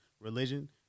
religion